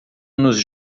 nos